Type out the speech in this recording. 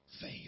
faith